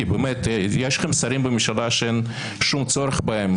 כי יש לכם שרים בממשלה שאין שום צורך בהם.